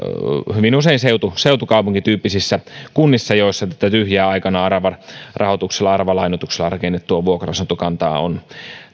hyvin usein seutukaupunkityyppisissä kunnissa joissa tätä tyhjää aikanaan aravarahoituksella aravalainoituksella rakennettua vuokra asuntokantaa on